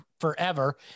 forever